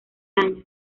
años